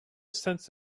sense